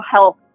health